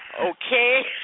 okay